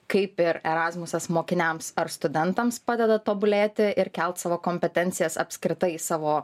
kaip ir erasmusas mokiniams ar studentams padeda tobulėti ir kelt savo kompetencijas apskritai savo